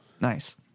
Nice